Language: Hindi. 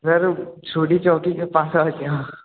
सर सोडी चौकी के पास और क्या